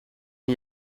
een